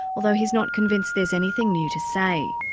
although he's not convinced there's anything new to say.